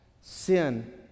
sin